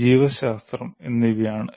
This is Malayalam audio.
ജീവശാസ്ത്രം എന്നിവയാണ്